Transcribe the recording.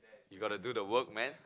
you got to do the work man